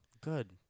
Good